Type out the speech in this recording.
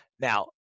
Now